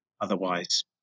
otherwise